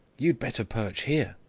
you'd better perch here!